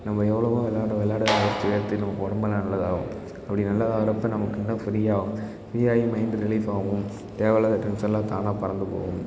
நம்ப எவ்வளோ தான் விள்ளாட விள்ளாட வேர்த்து வேர்த்து நமக்கு உடம்பெல்லாம் நல்லதாகும் அப்படி நல்லதாக ஆவுறப்போ நமக்கு இன்னும் ஃப்ரீயாக ஆகும் ஃப்ரீ ஆகி மைண்டு ரிலீஃப் ஆகும் தேவையில்லாத டென்சன்லாம் தானாகப் பறந்து போகும்